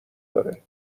داره